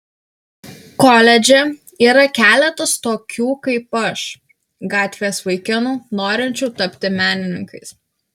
koledže yra keletas tokių kaip aš gatvės vaikinų norinčių tapti menininkais